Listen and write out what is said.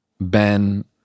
Ben